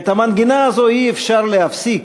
"את המנגינה הזאת אי-אפשר להפסיק",